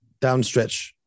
downstretch